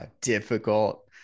difficult